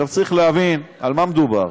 צריך להבין על מה מדובר.